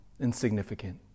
insignificant